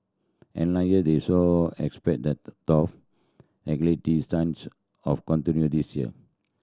they saw expect the tough stance of continue this year